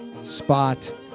spot